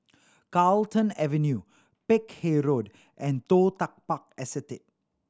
Carlton Avenue Peck Hay Road and Toh Tuck Park Estate